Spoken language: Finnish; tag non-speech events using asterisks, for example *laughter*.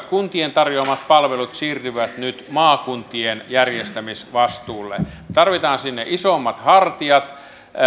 *unintelligible* kuntien tarjoamat palvelut siirtyvät nyt maakuntien järjestämisvastuulle sinne tarvitaan isommat hartiat